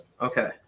Okay